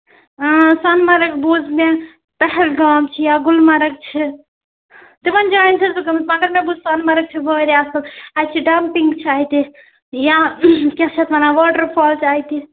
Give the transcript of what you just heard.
سۄنہٕ مرٕگ بوٗز مےٚ پہلگام چھِ یا گُلمرگ چھِ تِمن جاین چھَس بہٕ گٲمٕژ مگر مےٚ بوز سۄنہٕ مرٕگ چھِ وارِیاہ اَصٕل اَتہِ چھِ ڈمپِنٛگ چھِ اَتہِ یا کیٛاہ چھِ اَتھ وَنان واٹر فال چھِ اَتہِ